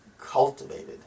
cultivated